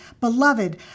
beloved